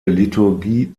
liturgie